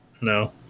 no